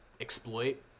exploit